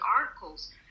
articles